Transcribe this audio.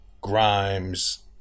Grimes